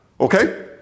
okay